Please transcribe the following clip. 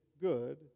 good